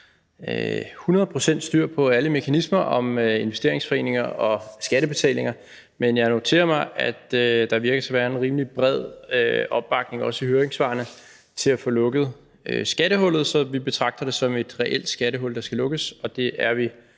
pct. styr på alle mekanismer i forbindelse med investeringsforeninger og skattebetalinger, men jeg noterer mig, at der ser ud til at være en rimelig bred opbakning, også i høringssvarene, til at få lukket skattehullet. Så vi betragter det som et reelt skattehul, der skal lukkes, og det er vi